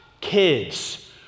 kids